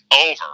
over